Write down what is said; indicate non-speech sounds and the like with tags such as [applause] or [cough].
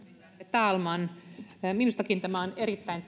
talman minustakin tämä on erittäin [unintelligible]